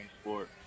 sport